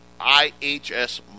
IHS